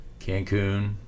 Cancun